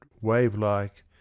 wave-like